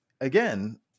again